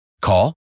Call